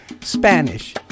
spanish